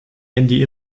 handy